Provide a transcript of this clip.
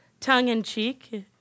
tongue-in-cheek